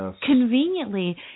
conveniently